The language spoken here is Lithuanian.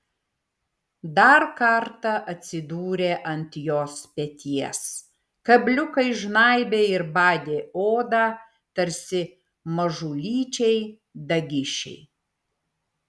dar kartą atsidūrė ant jos peties kabliukai žnaibė ir badė odą tarsi mažulyčiai dagišiai